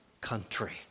country